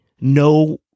no